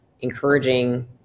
encouraging